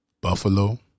Buffalo